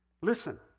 Listen